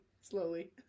slowly